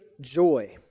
joy